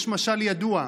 יש משל ידוע: